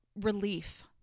relief